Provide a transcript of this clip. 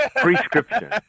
prescription